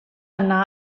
yna